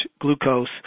glucose